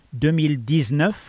2019